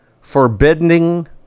forbidding